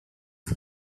list